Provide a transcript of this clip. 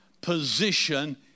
position